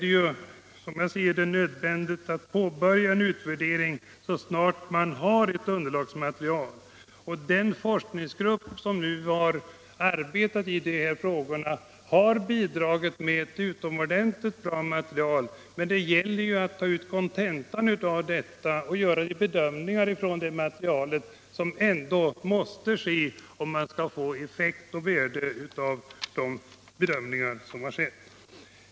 Som jag ser det är det nödvändigt att påbörja en utvärdering så snart man har ett material som kan ligga som underlag för en sådan. Den forskningsgrupp som arbetat med dessa frågor har bidragit med ett utomordentligt bra material, men det gäller att dra ut kontentan av det för att kunna få några resultat av värde.